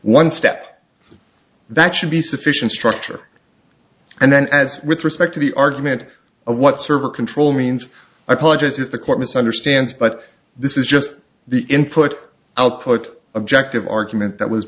one step that should be sufficient structure and then as with respect to the argument of what server control means apologize if the court misunderstands but this is just the input output objective argument that was